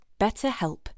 BetterHelp